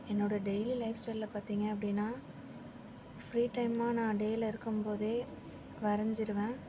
என்னோட daily life ஸ்டைலில் பார்த்திங்க அப்படினா ஃப்ரீ டைம்மாக நான் டேவில இருக்கும்போதே வரஞ்சுருவன்